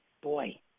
boy